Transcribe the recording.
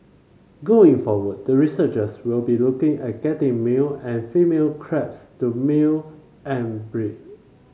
going forward the researchers will be looking at getting male and female crabs to male and breed